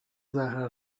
زهره